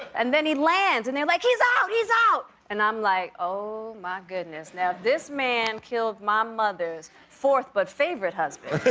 and then he lands, and they're like, he's ah he's out. and i'm like, oh, my goodness. now this man killed my mother's fourth but favorite husband.